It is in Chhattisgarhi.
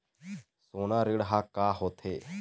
सोना ऋण हा का होते?